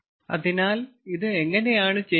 അതിനാൽ ഇത് എങ്ങനെയാണ് ചെയ്യുന്നത്